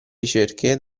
ricerche